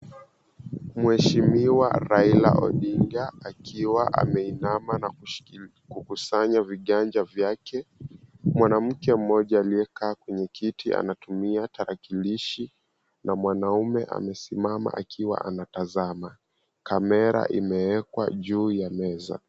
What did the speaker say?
Mheshimiwa Raila Odinga, akiwa ameinama na kukusanya viganja vyake, huku mwanamke mmoja aliyekaa kwenye kiti, anatumia tarakalishi, na mwanaume amesimama akiwa anatazama. Camera imewekwa juu ya meza.